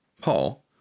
Paul